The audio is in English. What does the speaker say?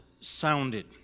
sounded